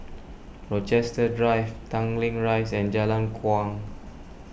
Rochester Drive Tanglin Rise and Jalan Kuang